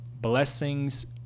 blessings